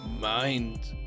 Mind